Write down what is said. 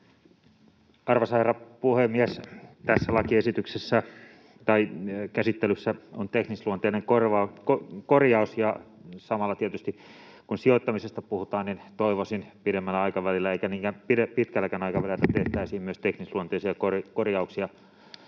Arvoisa herra puhemies! Tässä käsittelyssä on teknisluonteinen korjaus, ja samalla tietysti kun sijoittamisesta puhutaan, niin toivoisin pidemmällä aikavälillä, eikä niinkään pitkälläkään aikavälillä, että myös tehtäisiin teknisluonteisia korjauksia